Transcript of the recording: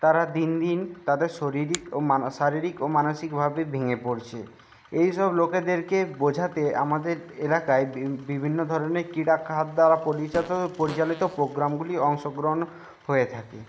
তারা দিন দিন তাদের শারীরিক ও মান শারীরিক ও মানসিকভাবে ভেঙে পড়ছে এইসব লোকেদেরকে বোঝাতে আমাদের এলাকায় বিভিন্ন ধরনের ক্রীড়া খাত দ্বারা পরিযাত পরিচালিত প্রোগ্রামগুলি অংশগ্রহণ হয়ে থাকে